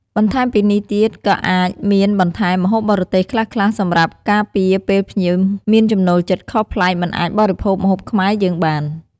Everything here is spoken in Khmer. បន្ថែមពីនេះទៀតក៏អាចមានបន្ថែមម្ហូបបរទេសខ្លះៗ សម្រាប់ការពារពេលភ្ញៀវមានចំណូលចិត្តខុសប្លែកមិនអាចបរិភោគម្ហូបខ្មែរយើងបាន។